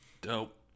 Dope